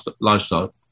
lifestyle